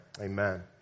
amen